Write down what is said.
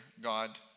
God